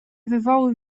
wywołuj